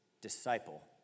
Disciple